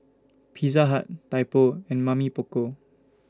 Pizza Hut Typo and Mamy Poko